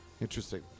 Interesting